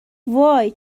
وای